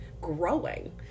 growing